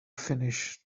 finish